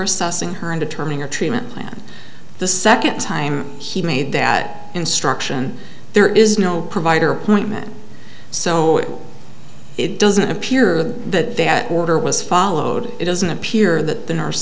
assessing her in determining a treatment plan the second time he made that instruction there is no provider appointment so it doesn't appear that they had order was followed it doesn't appear that the nurse